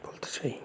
বলতে চাই